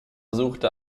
suchte